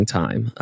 time